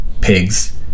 pigs